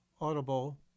Audible